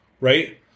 right